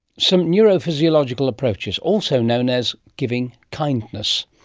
some neurophysiological approaches, also known as giving kindness.